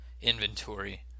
Inventory